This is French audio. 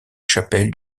chapelle